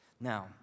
Now